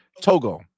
Togo